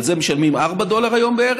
על זה משלמים בערך 4 דולר היום,